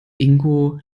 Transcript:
ingo